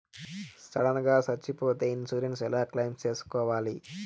Sudden గా సచ్చిపోతే insurance ఎలా క్లెయిమ్ సేసుకోవాలి?